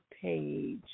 page